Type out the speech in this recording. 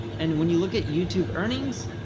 and when you look at youtube earnings,